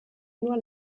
nur